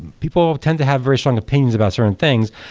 people tend to have very strong opinions about certain things,